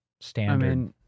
standard